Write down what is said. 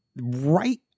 Right